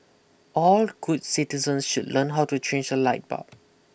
all good citizens should learn how to change a light bulb